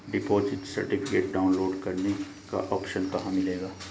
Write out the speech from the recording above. Deposit certificate download करने का option कहां मिलेगा?